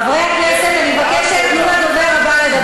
חברי הכנסת, אני מבקשת, תנו לדובר הבא לדבר.